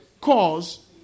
cause